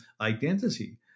identity